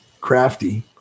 crafty